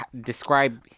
describe